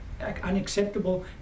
unacceptable